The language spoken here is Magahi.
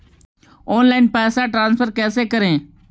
ऑनलाइन पैसा कैसे ट्रांसफर कैसे कर?